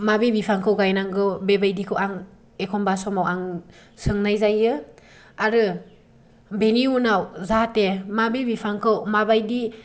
माबे बिफांखौ गायनांगौ बे बायदिखौ आं एखमबा समाव आं सोंनाय जायो आरो बेनि उनाव जाहाथे माबे बिफांखौ माबायदि